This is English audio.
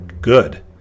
Good